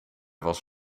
was